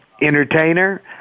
entertainer